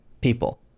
people